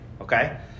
Okay